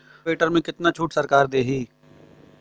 Rotavator में कितना छूट सरकार देही?